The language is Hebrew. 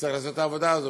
שיצטרך לעשות את העבודה הזו.